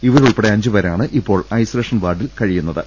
ഇവരുൾപ്പെടെ അഞ്ചുപേരാണ് ഇപ്പോൾ ഐസൊലേഷൻ വാർഡിലുള്ള ത്